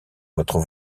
votre